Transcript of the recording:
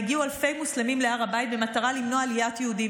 הגיעו אלפי מוסלמים להר הבית במטרה למנוע עליית יהודים.